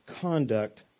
conduct